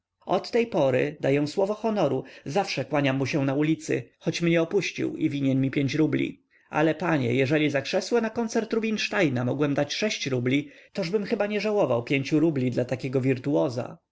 od tej pory daję słowo honoru zawsze kłaniam mu się na ulicy choć mnie opuścił i winien mi pięć rubli ale panie jeżeli za krzesło na koncert rubinsteina mogłem dać sześć rubli tożbym chyba nie żałował pięciu rubli dla takiego wirtuoza